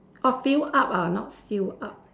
orh fill up ah not seal up